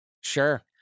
Sure